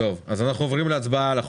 טוב, אז אנחנו עוברים להצבעה על החוק.